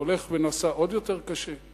והולך ונעשה עוד יותר קשה.